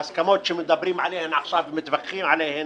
ההסכמות שמדברים עליהן עכשיו ומתווכחים עליהן